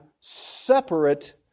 separate